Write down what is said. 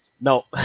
No